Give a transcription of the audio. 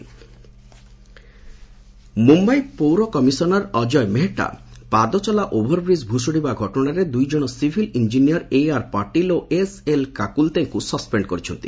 Mumbai bridge Mumbai ପୌର commissioner Ajay Mehta ପାଦଚଲା over bridge ଭୁଷୁଡ଼ିବା ଘଟଣାରେ ଦୁଇ ଜଣ ସିଭିଲ୍ ଇଞ୍ଜିନିୟର ଏଆର୍ ପାଟିଲ୍ ଓ ଏସ୍ଏଲ୍ କାକୁଲ୍ତେଙ୍କୁ ସସ୍ପେଣ୍ଡ୍ କରିଛନ୍ତି